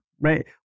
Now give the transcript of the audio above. right